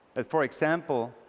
and for example,